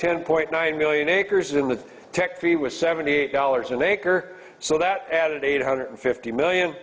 ten point nine million acres in the tech three was seventy eight dollars an acre so that added eight hundred fifty million